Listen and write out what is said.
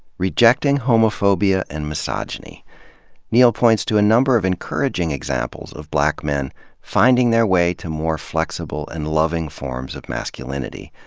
rejecting homophobia and misogyny neal points to a number of encouraging examples of black men finding their way to more flexible and loving forms of masculinity,